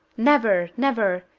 never! never!